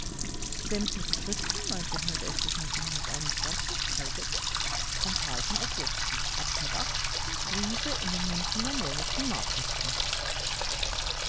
in den münchener neuesten nachrichten